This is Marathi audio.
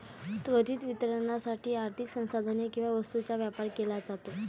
त्वरित वितरणासाठी आर्थिक संसाधने किंवा वस्तूंचा व्यापार केला जातो